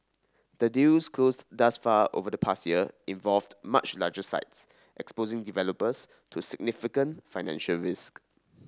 the deals closed thus far over the past year involved much larger sites exposing developers to significant financial risk